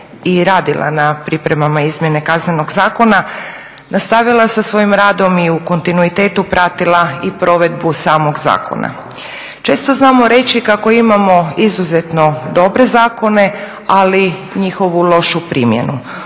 i radila na pripremama izmjene Kaznenog zakona, nastavila sa svojim radom i u kontinuitetu pratila i provedbu samog zakona. Često znamo reći kako imamo izuzetno dobre zakone, ali njihovu lošu primjenu.